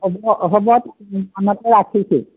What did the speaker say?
হ'ব হ'ব ৰাখিছোঁ